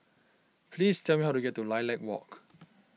please tell me how to get to Lilac Walk